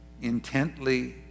intently